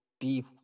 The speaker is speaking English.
beef